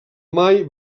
mai